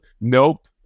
Nope